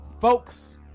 folks